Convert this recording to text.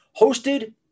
hosted